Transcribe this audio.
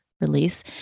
release